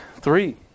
three